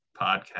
podcast